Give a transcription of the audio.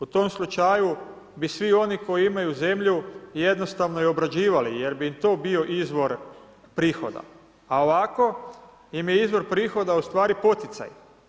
U tom slučaju bi svi oni koji imaju zemlju jednostavno je obrađivali jer bi im to bio izvor prihoda, a ovako im je izvor prihoda ustvari poticaj.